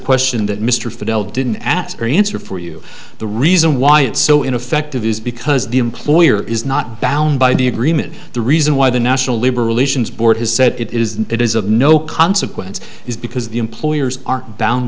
question that mr fidel didn't ask or answer for you the reason why it's so ineffective is because the employer is not bound by the agreement the reason why the national labor relations board has said it is it is of no consequence is because the employers aren't bound